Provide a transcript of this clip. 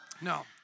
No